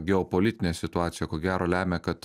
geopolitinė situacija ko gero lemia kad